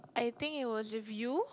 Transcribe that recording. I think it was with you